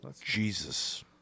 Jesus